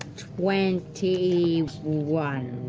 twenty one.